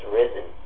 risen